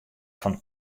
fan